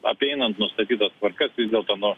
apeinant nustatyta tvarka vis dėlto nu